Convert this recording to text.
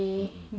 mm mm